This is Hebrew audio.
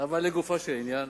אבל, לגופו של עניין,